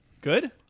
Good